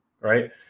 Right